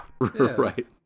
Right